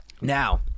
Now